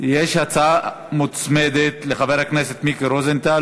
יש הצעה מוצמדת של חבר הכנסת מיקי רוזנטל,